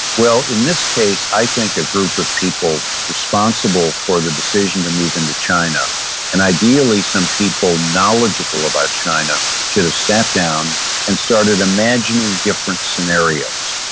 well, in this case i think a group of people responsible for the decision to move into china and ideally some people knowledgeable about china should have sat down and started imagining different scenarios.